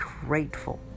grateful